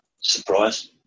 surprise